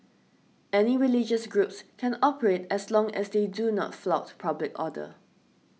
any religious groups can operate as long as they do not flout public order